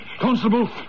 Constable